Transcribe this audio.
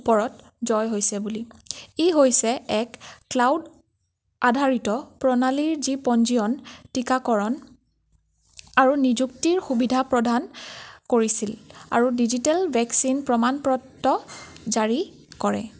ওপৰত জয় হৈছে বুলি ই হৈছে এক ক্লাউড আধাৰিত প্ৰণালীৰ যি পঞ্জীয়ন টীকাকৰণ আৰু নিযুক্তিৰ সুবিধা প্ৰদান কৰিছিল আৰু ডিজিটেল ভেকচিন প্ৰমাণ পত্ৰ জাৰি কৰে